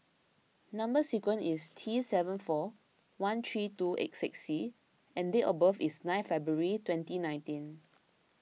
Number Sequence is T seven four one three two eight six C and date of birth is nine February twenty nineteen